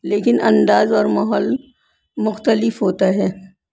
لیکن انداز اور ماحول مختلف ہوتا ہے